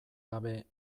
gabe